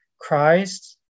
Christ